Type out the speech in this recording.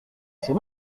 c’est